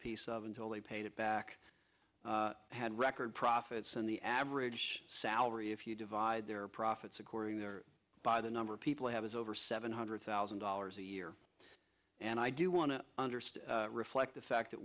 piece of until they paid it back had record profits and the average salary if you divide their profits accordingly by the number of people have is over seven hundred thousand dollars a year and i do want to understand reflect the fact that